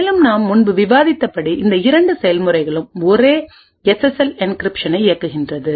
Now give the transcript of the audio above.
மேலும் நாம் முன்பு விவாதித்தபடி இந்த இரண்டு செயல்முறைகளும் ஒரே எஸ்எஸ்எல் என்கிரிப்ஷனை இயக்குகின்றன